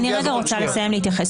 אני רוצה לסיים להתייחס.